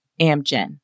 Amgen